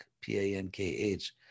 P-A-N-K-H